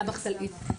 סבח סלעית.